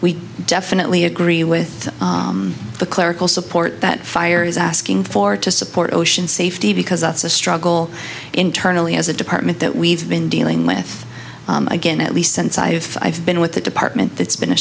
we definitely agree with the clerical support that fire is asking for to support ocean safety because it's a struggle internally as a department that we've been dealing with again at least since i have i've been with the department it's been a